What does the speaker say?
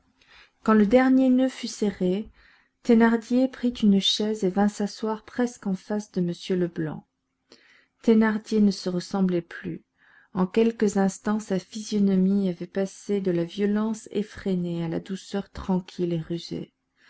quand le dernier noeud fut serré thénardier prit une chaise et vint s'asseoir presque en face de m leblanc thénardier ne se ressemblait plus en quelques instants sa physionomie avait passé de la violence effrénée à la douceur tranquille et rusée